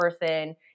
person